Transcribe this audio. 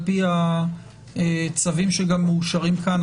על-פי הצווים שמאושרים כאן,